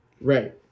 Right